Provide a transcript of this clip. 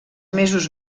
mesos